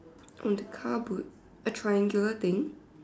on the car boot a triangular thing